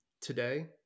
today